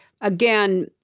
again